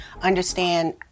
understand